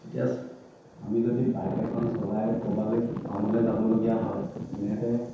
এতিয়া আমি যদি বাইক এখন চলাই ক'বালে টাউনলে যাবলগীয়া হয় তেনেতে